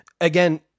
again